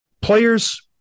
players